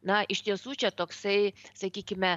na iš tiesų čia toksai sakykime